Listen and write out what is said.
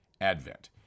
Advent